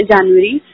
January